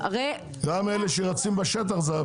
גם אלה שרצים בשטח זה הפקת מקור.